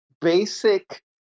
basic